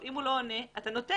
אם הוא לא עונה, אתה נותן.